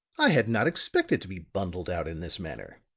i had not expected to be bundled out in this manner.